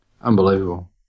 Unbelievable